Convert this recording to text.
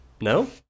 No